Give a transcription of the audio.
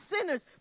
sinners